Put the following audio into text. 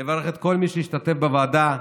לברך את כל מי שהשתתף בוועדה,